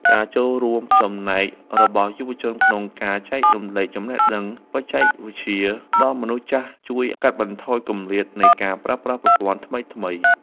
ការចូលរួមចំណែករបស់យុវជនក្នុងការចែករំលែកចំណេះដឹងបច្ចេកវិទ្យាដល់មនុស្សចាស់ជួយកាត់បន្ថយគម្លាតនៃការប្រើប្រាស់ប្រព័ន្ធថ្មីៗ។